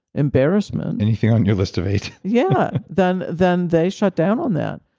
embarrassment anything on your list of eight yeah, then then they shut down on that.